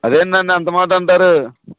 అదేంటి అండి అంత మాట అంటారు